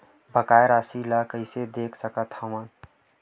बकाया राशि ला कइसे देख सकत हान?